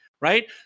Right